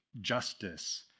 justice